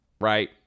right